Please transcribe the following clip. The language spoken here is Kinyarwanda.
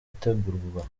ategurwa